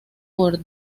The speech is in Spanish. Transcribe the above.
por